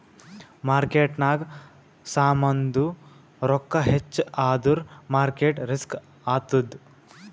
ಮಾರ್ಕೆಟ್ನಾಗ್ ಸಾಮಾಂದು ರೊಕ್ಕಾ ಹೆಚ್ಚ ಆದುರ್ ಮಾರ್ಕೇಟ್ ರಿಸ್ಕ್ ಆತ್ತುದ್